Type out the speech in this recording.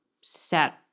set